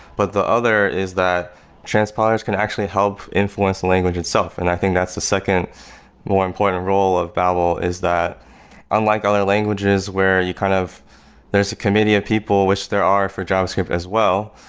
but the other is that transponders can actually help influence the language itself and i think that's the second more important role of babel is that unlike other languages, where you kind of there's a committee of people, which there are for javascript as well,